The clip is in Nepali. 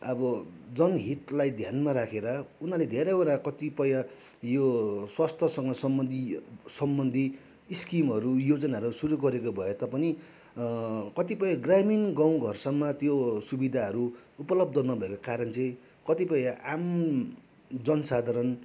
अब जनहितलाई ध्यानमा राखेर उनीहरूले धेरैवटा कतिपय यो स्वास्थ्यसँग सम्बन्धी सम्बन्धी स्किमहरू योजनाहरू सुरु गरेको भए तापनि कतिपय ग्रामीण गाउँघरसम्म त्यो सुविधाहरू उपलब्ध नभएको कारण चाहिँ कतिपय आम जनसाधारण